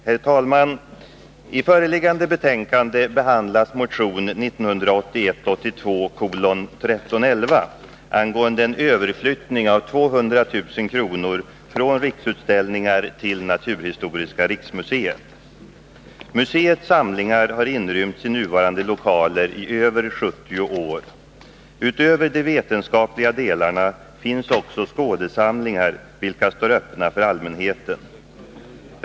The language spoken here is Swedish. Herr talman! I föreliggande betänkande behandlas motion 1981/82:1311 angående en överflyttning av 200 000 kr. från anslaget Riksutställningar till Naturhistoriska riksmuseet. Museets samlingar har inrymts i nuvarande lokaler i över 70 år. Utöver de vetenskapliga delarna finns också skådesamlingar, vilka står öppna för allmänheten.